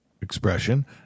expression